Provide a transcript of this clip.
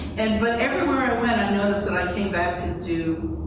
and but everywhere i went, i noticed that i came back to do,